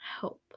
help